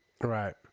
Right